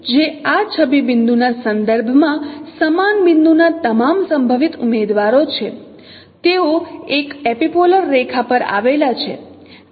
જે આ છબી બિંદુના સંદર્ભમાં સમાન બિંદુના તમામ સંભવિત ઉમેદવારો છે તેઓ એક એપિપોલર રેખા પર આવેલા છે